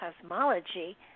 cosmology